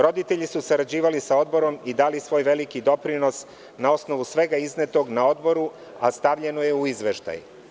Roditelji su sarađivali sa Odborom i dali svoj veliki doprinos na osnovu svega iznetog na Odboru, a stavljeno je u izveštaj.